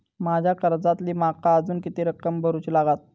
माझ्या कर्जातली माका अजून किती रक्कम भरुची लागात?